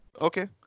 Okay